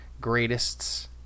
greatest